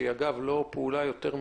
שהיא לא מורכבת.